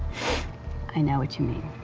i know what you mean.